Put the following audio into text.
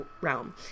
realm